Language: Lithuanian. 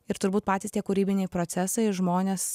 ir turbūt patys tie kūrybiniai procesai žmonės